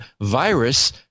virus